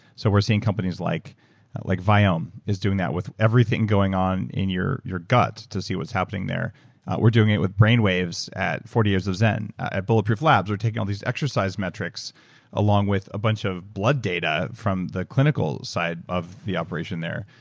so we're seeing companies like like viome, is doing that with everything going on in your your gut to see what's happening there we're doing it with brainwaves at forty years of zen at bulletproof labs we're taking all these exercise metrics along with a bunch of blood data from the clinical side of the operation there,